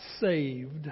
saved